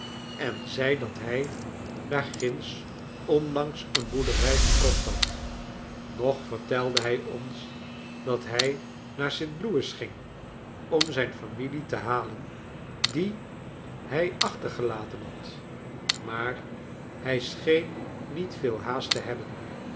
en zei dat hij daar ginds onlangs een boerderij gekocht had nog vertelde hi ons dat hij naar st louis ging om zijn familie te halen die hij achtergelaten had maar hij scheen niet veel haast te hebben